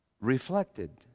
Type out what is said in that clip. reflected